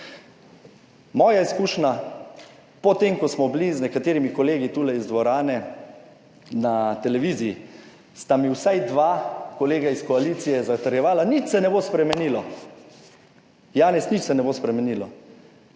Moja izkušnja po tem, ko smo bili z nekaterimi kolegi tule iz dvorane na televiziji, sta mi vsaj dva kolega iz koalicije zatrjevala, nič se ne bo spremenilo - Janez, nič se ne bo spremenilo.